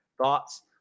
Thoughts